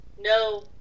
no